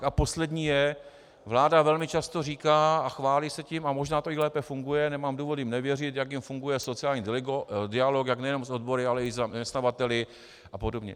A poslední je, vláda velmi často říká a chválí se tím, a možná to i lépe funguje, nemám důvod jim nevěřit, jak jim funguje sociální dialog, jak nejenom s odbory, ale i zaměstnavateli apod.